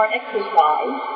exercise